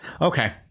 Okay